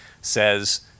says